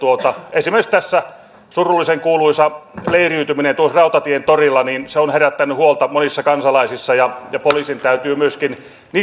esimerkiksi tämä surullisen kuuluisa leiriytyminen tuossa rautatientorilla on herättänyt huolta monissa kansalaisissa ja poliisin täytyy myöskin